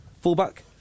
fullback